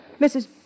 Mrs